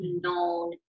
known